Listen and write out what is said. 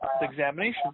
examination